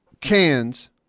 cans